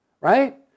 right